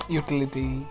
utility